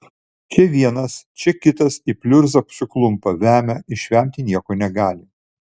čia vienas čia kitas į pliurzą suklumpa vemia išvemti nieko negali